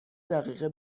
دقیقه